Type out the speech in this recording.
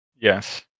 Yes